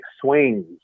swings